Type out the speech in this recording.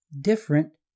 different